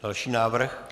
Další návrh.